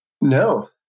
No